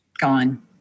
Gone